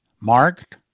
Marked